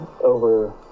over